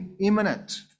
imminent